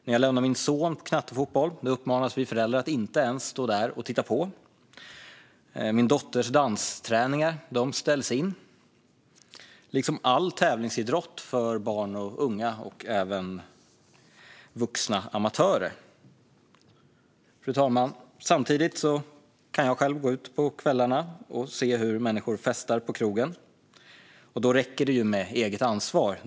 När jag lämnar min son på knattefotboll uppmanas vi föräldrar att inte ens stå där och titta på. Min dotters dansträningar ställs in, liksom all tävlingsidrott för barn och unga och även vuxna amatörer. Fru talman! Samtidigt kan jag gå ut på kvällarna och se hur människor festar på krogen. Där räcker det med eget ansvar.